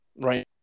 Right